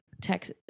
text